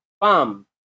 palm